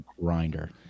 grinder